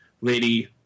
Lady